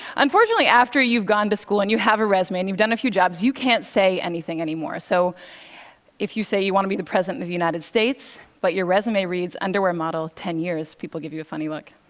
unfortunately, after you've gone to school, and you have a resume and you've done a few jobs, you can't say anything anymore, so if you say you want to be the president of the united states, but your resume reads, underwear model ten years, people give you a funny look.